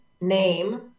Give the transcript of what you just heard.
name